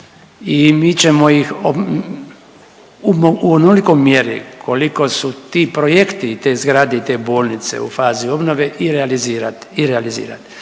i mi ćemo ih ob…, u onolikoj mjeri koliko su ti projekti, te zgrade i te bolnice u fazi obnove i realizirati